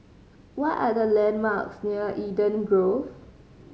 what are the landmarks near Eden Grove